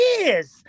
years